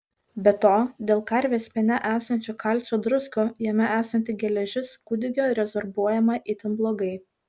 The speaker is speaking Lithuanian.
be to dėl karvės piene esančių kalcio druskų jame esanti geležis kūdikio rezorbuojama itin blogai